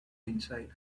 inside